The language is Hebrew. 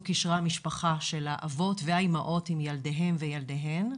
קשרי המשפחה בין האבות והאימהות עם ילדיהם וילדיהן,